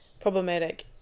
problematic